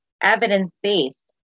evidence-based